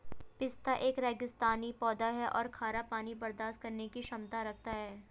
पिस्ता एक रेगिस्तानी पौधा है और खारा पानी बर्दाश्त करने की क्षमता रखता है